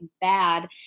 bad